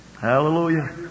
Hallelujah